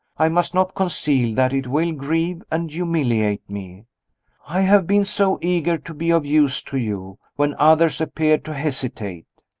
i must not conceal that it will grieve and humiliate me i have been so eager to be of use to you, when others appeared to hesitate.